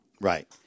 right